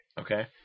Okay